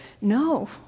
No